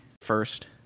first